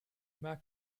mac